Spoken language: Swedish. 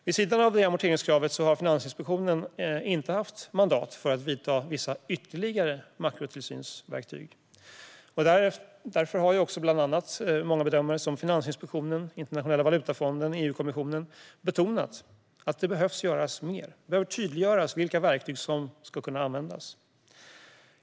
Vid sidan av amorteringskravet har Finansinspektionen inte haft mandat att använda vissa ytterligare makrotillsynsverktyg. Därför har många bedömare, bland andra Finansinspektionen, Internationella valutafonden och EU-kommissionen, betonat att mer behöver göras. Det behöver tydliggöras vilka verktyg som ska kunna användas.